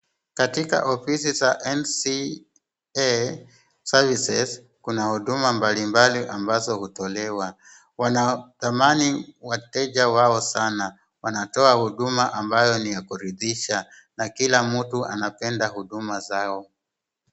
Katika ofisi za NCA SERVICES kuna huduma mbalimbali ambazo hutolewa. Wanawadhamani wateja wao sana. Wanatoa huduma ambayo ni ya kuridhisha na kila mtu anapenda huduma zao.